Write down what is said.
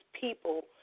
people